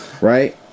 right